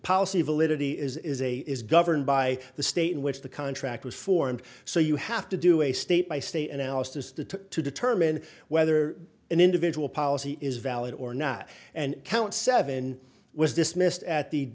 policy validity is a is governed by the state in which the contract was formed so you have to do a state by state analysis to determine whether an individual policy is valid or not and count seven was dismissed at the